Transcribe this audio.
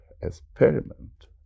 experiment